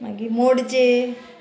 मागी मोडचे